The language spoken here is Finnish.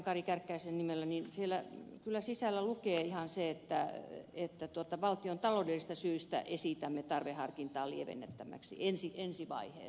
kari kärkkäisen nimellä kyllä sisällä lukee ihan se että valtiontaloudellisista syistä esitämme tarveharkintaa lievennettäväksi ensi vaiheessa